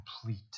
complete